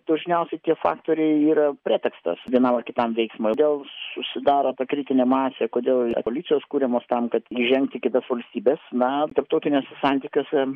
dažniausiai tie faktoriai yra pretekstas vienam ar kitam veiksmui kodėl susidaro ta kritinė masė kodėl revoliucijos kuriamos tam kad įžengti į kitas valstybes na tarptautiniuose santykiuose